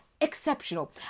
exceptional